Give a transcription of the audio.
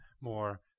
more